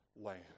land